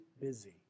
busy